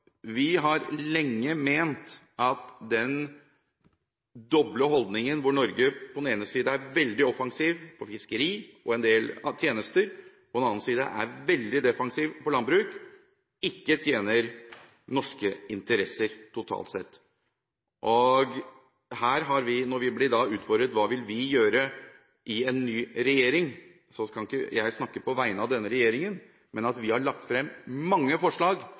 Vi har lenge ment at den doble holdningen hvor Norge på den ene siden er veldig offensiv på fiskeri og en del tjenester, og på den annen side er veldig defensiv på landbruk, ikke tjener norske interesser totalt sett. Når vi da blir utfordret på hva vi vil gjøre i en ny regjering, kan ikke jeg snakke på vegne av den regjeringen, men vi har lagt frem mange forslag